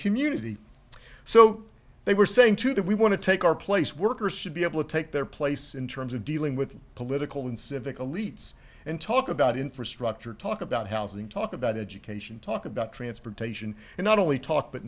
community so they were saying to that we want to take our place workers should be able to take their place in terms of dealing with political and civic elites and talk about infrastructure talk about housing talk about education talk about transportation and not only talk but